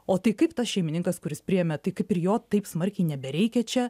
o tai kaip tas šeimininkas kuris priėmė kaip ir jo taip smarkiai nebereikia čia